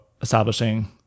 establishing